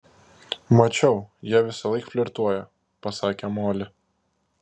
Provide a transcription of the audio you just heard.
mačiau jie visąlaik flirtuoja pasakė moli